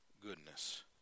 goodness